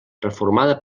reformada